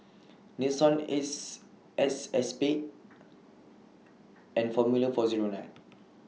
Nixon Ace X Spade and Formula four Zero nine